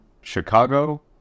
Chicago